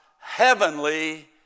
heavenly